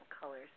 colors